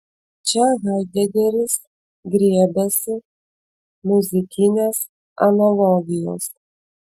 čia haidegeris griebiasi muzikinės analogijos